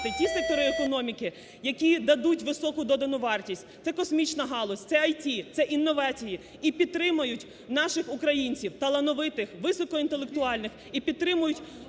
ті сектори економіки, які дадуть високу додану вартість, це космічна галузь, це ІТ, це інновації, і підтримують наших українців талановитих, високоінтелектуальних, і підтримають